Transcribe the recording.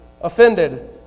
offended